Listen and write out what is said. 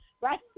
right